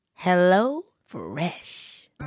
HelloFresh